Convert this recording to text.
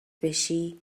بشی